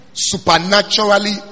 Supernaturally